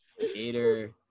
Gator